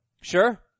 Sure